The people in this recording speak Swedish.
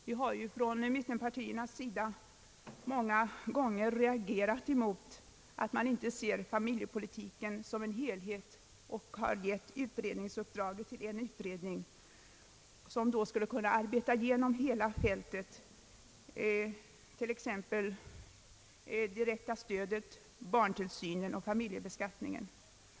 Vi har från mittenpartiernas sida många gånger reagerat mot att man inte ser familjepolitiken som en enhet och gett utredningsuppdraget till en utredning som skulle kunna arbeta igenom hela fältet, alltså det direkta stödet, barntillsynen och familjebeskattningen.